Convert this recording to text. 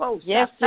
Yes